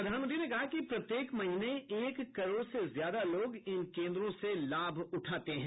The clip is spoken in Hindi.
प्रधानमंत्री ने कहा कि प्रत्येक महीने एक करोड़ से ज्यादा लोग इन केन्द्रों से लाभ उठाते हैं